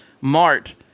Mart